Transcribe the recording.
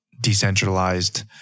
decentralized